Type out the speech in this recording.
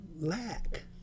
lack